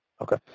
Okay